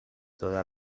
toda